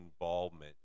involvement